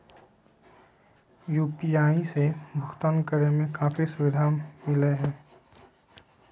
UPI से भुकतान करे में काफी सुबधा मिलैय हइ